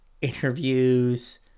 interviews